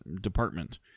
department